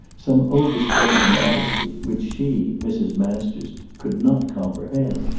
some overstrained modesty which she, mrs. masters, could not comprehend.